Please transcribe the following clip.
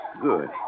Good